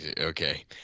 Okay